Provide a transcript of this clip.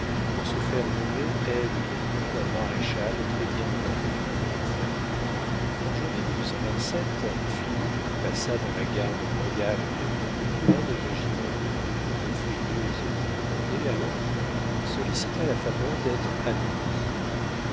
pour se faire nommer aide-de-camp d'un maréchal très-bien en cour en janvier philippe qui passa dans la garde royale lieutenant-colonel au régiment que le duc de maufrigneuse y commandait alors sollicita la faveur d'être anobli